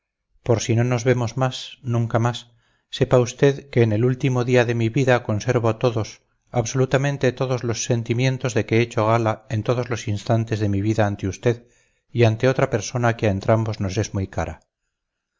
por si no nos vemos más nunca más sepa usted que en el último día de mi vida conservo todos absolutamente todos los sentimientos de que he hecho gala en todos los instantes de mi vida ante usted y ante otra persona que a entrambos nos es muy cara